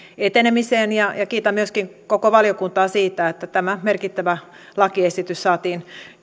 etenemiseen ja ja kiitän myöskin koko valiokuntaa siitä että tämä merkittävä lakiesitys saatiin